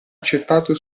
accettato